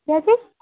क्या चीज